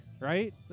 right